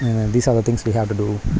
these are the things we have to do